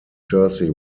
jersey